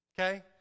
Okay